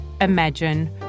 imagine